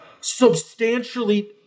substantially